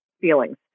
feelings